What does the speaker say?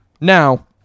now